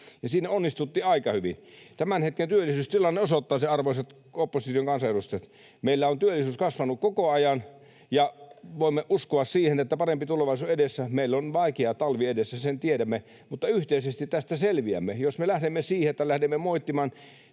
siinä onnistuttiin aika hyvin. Tämän hetken työllisyystilanne osoittaa sen, arvoisat opposition kansanedustajat: meillä on työllisyys kasvanut koko ajan. Ja voimme uskoa siihen, että parempi tulevaisuus on edessä. Meillä on vaikea talvi edessä, sen tiedämme, mutta yhteisesti tästä selviämme. Jos me lähdemme siihen, että lähdemme moittimaan